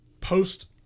post